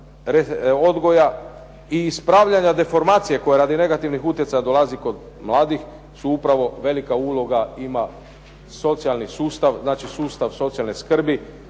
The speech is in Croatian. odgoja i ispravljanja deformacije koja radi negativnih utjecaja dolazi kod mladih su upravo velika uloga ima socijalni sustav, znači sustav socijalne skrbi.